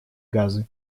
газы